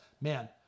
man